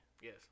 Yes